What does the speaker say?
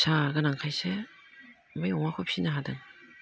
फिसा गोनांखायसो बे अमाखौ फिसिनो हादों